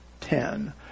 ten